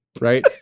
Right